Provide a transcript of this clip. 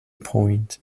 point